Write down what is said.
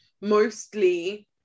mostly